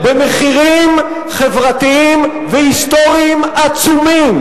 במחירים חברתיים והיסטוריים עצומים,